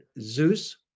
Zeus